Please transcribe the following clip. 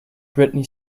britney